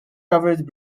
covered